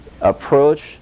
approach